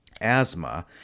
asthma